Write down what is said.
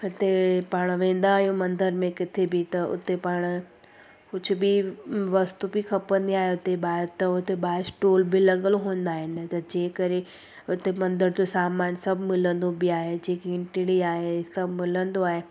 हिते पाण वेंदा आहियूं मंदर में किथे बि त उते पाण कुझु बि वस्तु बि खपंदी आहे हुते ॿाहिरि त हुते ॿाहिरि स्टॉल बि लॻल हूंदा आहिनि न त जे करे हुते मंदर जो सामान सभु मिलंदो बि आहे जेकी एंटिड़ी आहे सभु मिलंदो आहे